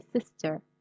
sister